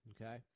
Okay